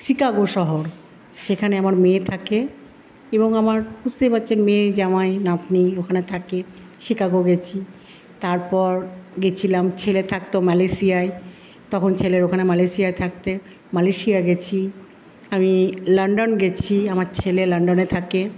Chicago শহর সেখানে আমার মেয়ে থাকে এবং আমার বুঝতেই পারছেন মেয়ে জামাই নাতনি ওইখানে থাকে শিকাগো গেছি তারপর গেছিলাম ছেলে থাকতো মালয়েশিয়ায় তখন ছেলের ওইখানে মালয়েশিয়ায় থাকতে মালয়েশিয়া গেছি আমি লন্ডন গেছি আমার ছেলে লন্ডনে থাকে